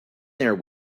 there